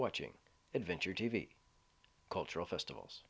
watching adventure t v cultural festivals